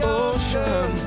ocean